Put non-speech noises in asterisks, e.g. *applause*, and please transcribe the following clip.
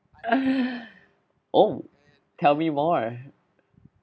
*breath* oh tell me more